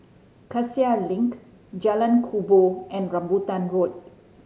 Cassia Link Jalan Kubor and Rambutan Road